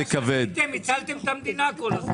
שעשיתם, הצלתם את המדינה כל הזמן.